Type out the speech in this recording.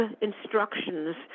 instructions